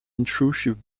intrusive